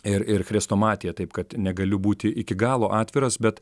ir ir chrestomatija taip kad negaliu būti iki galo atviras bet